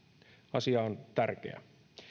asia on tärkeä